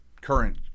current